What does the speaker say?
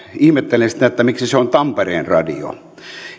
ihmettelen sitä miksi se on tampereen radio